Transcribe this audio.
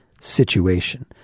situation